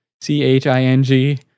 C-H-I-N-G